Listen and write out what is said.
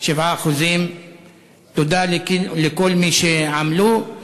7%. תודה לכל מי שעמלו.